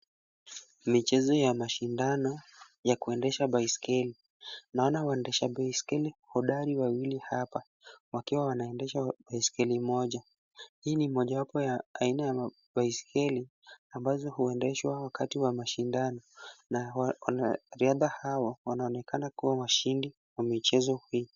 Michezo ya mashindano ya kuendesha baiskeli. Naona waendeshaji baiskeli hodari wawili hapa wakiwa wanaendesha baiskeli moja. Hii ni mojawapo ya aina ya mabaiskeli ambazo huendeshwa wakati wa mashindano na wanariadha hawa wanaonekana kuwa washindi wa michezo hii.